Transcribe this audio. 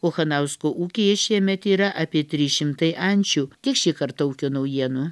kochanausko ūkyje šiemet yra apie trys šimtai ančių tiek šį kartą ūkio naujienų